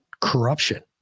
corruption